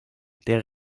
der